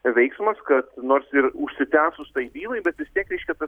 veiksmas kad nors ir užsitęsus tai bylai bet vis tiek reiškia tas